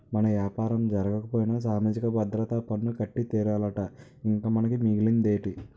మన యాపారం జరగకపోయినా సామాజిక భద్రత పన్ను కట్టి తీరాలట ఇంక మనకి మిగిలేదేటి